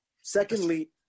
Secondly